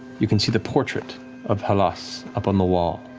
you can see the portrait of halas up on the wall.